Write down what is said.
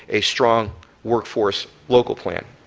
a strong workforce local plan.